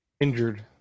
Injured